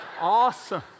Awesome